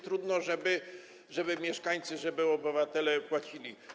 Trudno, żeby mieszkańcy, żeby obywatele płacili.